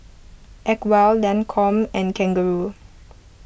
Acwell Lancome and Kangaroo